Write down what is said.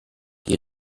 die